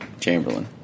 Chamberlain